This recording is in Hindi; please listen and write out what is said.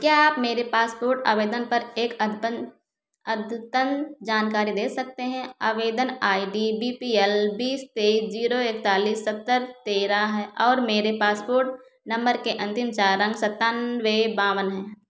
क्या आप मेरे पासपोर्ट आवेदन पर एक अद्यतन जानकारी दे सकते हैं आवेदन I D B P L बीस तेईस जीरो एकतालीस सत्तर तेरह है और मेरे पासपोर्ट नम्बर के अंतिम चार अंक सत्तानवे बावन हैं